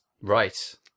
Right